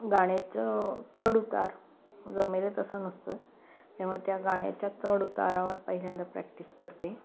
गाण्याचं चढउतार जमेल तसा नसतो त्यामुळे त्या गाण्याच्या चढउतारावर पहिल्यांदा प्रॅक्टिस करते